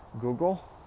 Google